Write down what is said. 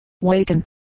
Waken